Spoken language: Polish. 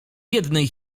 jednej